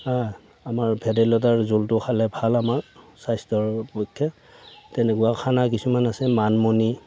আমাৰ ভেদাই লতাৰ জোলটো খালে ভাল আমাৰ স্বাস্থ্যৰ পক্ষে তেনেকুৱা খানা কিছুমান আছে মানিমুনি